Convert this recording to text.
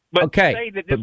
okay